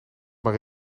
maar